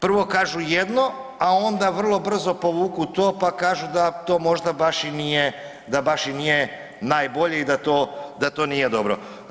prvo kažu jedno, a onda vrlo brzo povuku to pa kažu da to možda baš i nije najbolje i da to nije dobro.